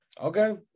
Okay